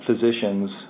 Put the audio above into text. physicians